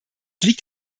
liegt